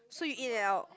so you in and out